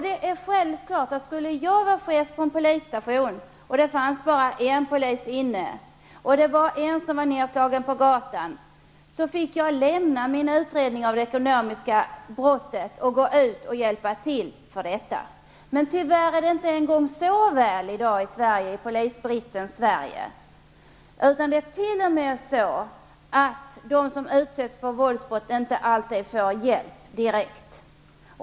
Det är självklart att om jag skulle vara chef på en polisstation och jag var ensam på stationen och fick reda på att någon har blivit nedslagen på gatan, fick jag lämna min utredning om ekonomiska brott för att gå ut och hjälpa till. Men tyvärr är det inte ens så väl i dag i polisbristens Sverige. Det är t.o.m. på det sättet att de som utsätts för våldsbrott inte alltid får hjälp direkt.